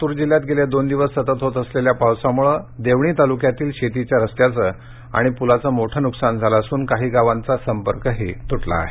लातूर जिल्ह्यात गेले दोन दिवस सतत होत असलेल्या पावसामुळे देवणी तालुक्यातील शेतीचं रस्त्याचं आणि पुलाचं मोठं नुकसान झाल असून कांही गावाचा संपर्कही तुटला आहे